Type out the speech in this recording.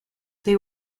they